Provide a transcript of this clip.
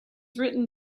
written